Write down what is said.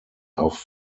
auf